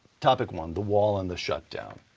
topic one, the wall and the shutdown.